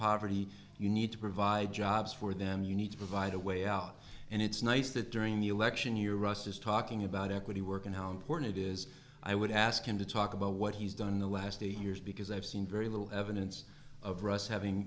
poverty you need to provide jobs for them you need to provide a way out and it's nice that during the election year russ is talking about equity work and how important it is i would ask him to talk about what he's done in the last eight years because i've seen very little evidence of russ having